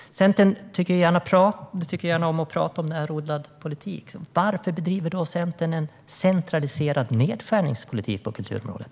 Centern talar gärna om närodlad politik. Varför bedriver då Centern en centraliserad nedskärningspolitik på kulturområdet?